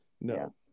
No